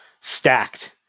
stacked